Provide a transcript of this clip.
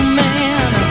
man